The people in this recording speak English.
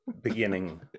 beginning